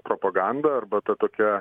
propaganda arba ta tokia